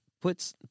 puts